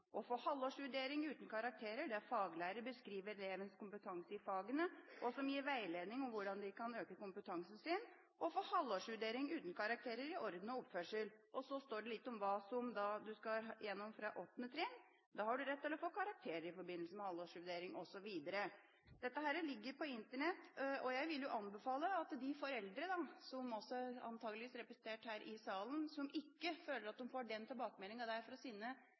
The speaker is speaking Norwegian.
å få halvårsvurdering uten karakter der faglærer beskriver elevens kompetanse i fagene og som gir veiledning om hvordan de kan øke kompetansen sin – å få halvårsvurdering uten karakter i orden og i oppførsel.» Så står det litt om hva du skal gjennom fra 8. trinn. Da har du rett til å få karakterer i forbindelse med halvårsvurdering, osv. Dette ligger på Internett, og jeg vil anbefale at de foreldre – som også antakelig er representert her i salen – som ikke føler at de får den tilbakemeldingen fra lærerne til sine barn, tar denne utskriften fra